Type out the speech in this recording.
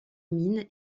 mine